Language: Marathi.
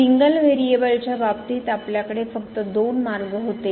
सिंगल व्हेरिएबलच्या बाबतीत आपल्याकडे फक्त दोन मार्ग होते